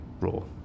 role